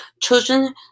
Children